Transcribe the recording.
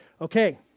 okay